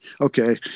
okay